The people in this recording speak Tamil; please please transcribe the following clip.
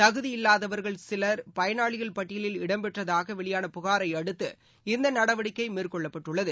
தகுதியில்லாதவர்கள் சிவர் பயனாளிகள் பட்டியலில் இடம்பெற்றதாக வெளியான புகாரை அடுத்து இந்த நடவடிக்கை மேற்கொள்ளப்பட்டுள்ளது